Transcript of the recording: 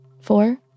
Four